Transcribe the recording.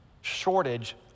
shortage